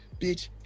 Bitch